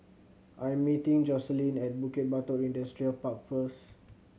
I am meeting Jocelyne at Bukit Batok Industrial Park first